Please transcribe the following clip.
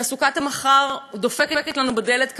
תעסוקת המחר דופקת לנו בדלת,